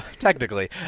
Technically